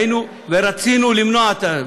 ורצינו למנוע אותה.